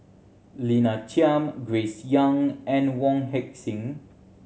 Lina Chiam Grace Young and Wong Heck Sing